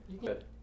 Good